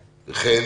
חן,